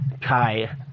kai